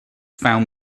found